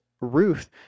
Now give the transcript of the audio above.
Ruth